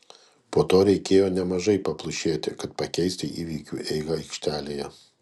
po to reikėjo nemažai paplušėti kad pakeisti įvykių eigą aikštelėje